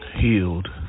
healed